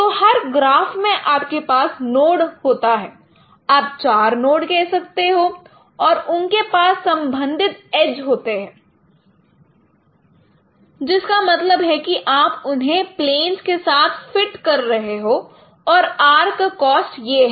तो हर ग्राफ में आपके पास नोड होता है आप 4 नोड कह सकते हो और उनके पास संबंधित एज होते हैं जिसका मतलब है कि आप उन्हें प्लेंस के साथ फिट कर रहे हो और आर्क कॉस्ट यह है